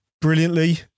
brilliantly